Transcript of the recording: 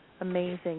amazing